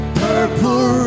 purple